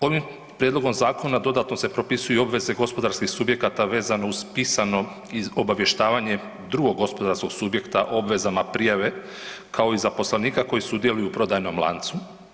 Ovim prijedlogom zakona dodatno se propisuju obveze gospodarskih subjekata vezano uz pisano obavještavanje drugog gospodarskog subjekta o obvezama prijave kao i zaposlenika koji sudjeluju u prodajnom lancu.